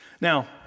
Now